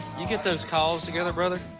you get those calls together, brother?